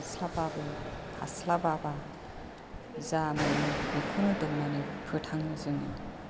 मोनस्लाबाबा हास्लाबाबा जा मोनो बेखौनो दौनानै फोथाङो जोङो